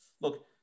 Look